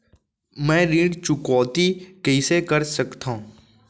मैं ऋण चुकौती कइसे कर सकथव?